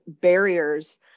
barriers